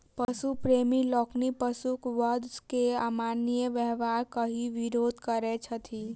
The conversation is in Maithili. पशु प्रेमी लोकनि पशुक वध के अमानवीय व्यवहार कहि विरोध करैत छथि